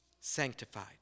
sanctified